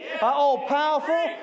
all-powerful